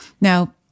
Now